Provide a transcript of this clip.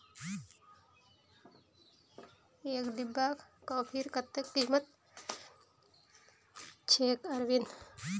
एक डिब्बा कॉफीर कत्ते कीमत छेक अरविंद